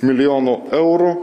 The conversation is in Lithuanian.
milijonų eurų